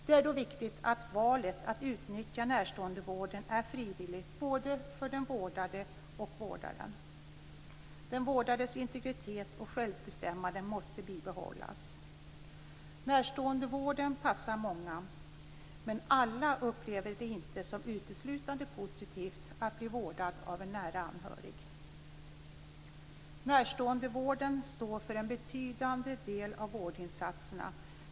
Det är viktigt att valet att utnyttja närståendevården är frivilligt både för den vårdade och för vårdaren. Den vårdades integritet och självbestämmande måste behållas. Närståendevården passar många. Men alla upplever det inte som uteslutande positivt att bli vårdad av en nära anhörig. Närståendevården står för en betydande del av vårdinsatserna.